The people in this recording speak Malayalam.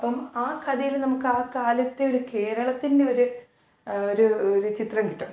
അപ്പം ആ കഥയിൽ നമുക്കാ കാലത്തെ കേരളത്തിന്റെ ഒരു ഒരു ഒരു ചിത്രം കിട്ടും